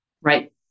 Right